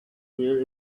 hear